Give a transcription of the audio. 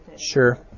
Sure